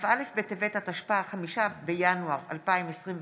כ"א בטבת התשפ"א, 5 בינואר 2021,